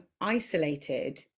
isolated